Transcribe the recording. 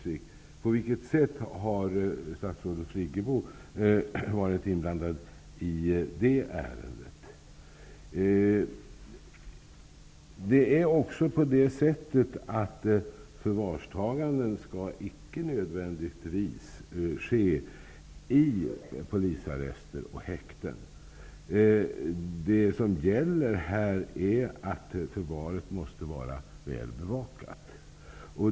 Nu undrar jag: På vilket sätt har statsrådet Friggebo varit inblandad i ärendet? Förvarstaganden skall icke nödvändigtvis ske i polisarrester och häkten. Det som gäller är att förvaret måste vara välbevakat.